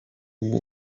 who